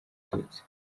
abatutsi